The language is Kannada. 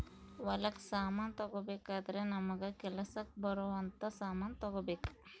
ಹೊಲಕ್ ಸಮಾನ ತಗೊಬೆಕಾದ್ರೆ ನಮಗ ಕೆಲಸಕ್ ಬರೊವ್ ಅಂತ ಸಮಾನ್ ತೆಗೊಬೆಕು